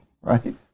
right